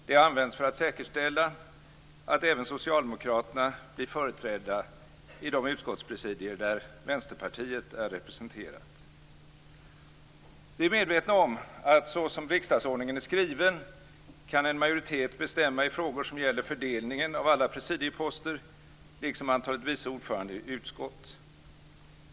Detta används för att säkerställa att även Socialdemokraterna blir företrädda i de utskottspresidier där Vi är medvetna om att såsom riksdagsordningen är skriven kan en majoritet bestämma i frågor som gäller fördelningen av alla presidieposter liksom antalet vice ordförande i utskott.